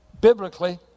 biblically